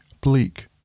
bleak